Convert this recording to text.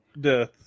death